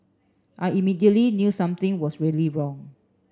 I immediately knew something was really wrong